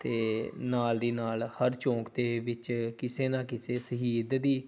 ਅਤੇ ਨਾਲ ਦੀ ਨਾਲ ਹਰ ਚੌਂਕ ਦੇ ਵਿੱਚ ਕਿਸੇ ਨਾ ਕਿਸੇ ਸ਼ਹੀਦ ਦੀ